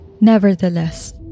Nevertheless